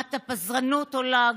רמת הפזרנות עולה,